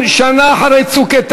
סדרנים, תעשו סדר